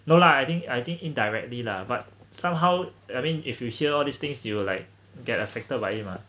no lah I think I think indirectly lah but somehow I mean if you hear all these things you will like get affected by it mah